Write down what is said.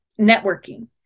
networking